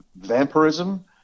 vampirism